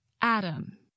Adam